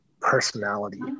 personality